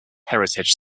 heritage